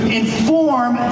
inform